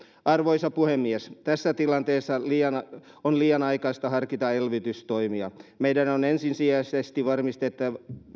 arvoisa puhemies tässä tilanteessa on liian aikaista harkita elvytystoimia meidän on ensisijaisesti varmistettava